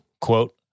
quote